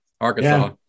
Arkansas